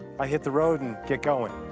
i hit the road and get going.